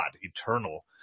eternal